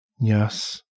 Yes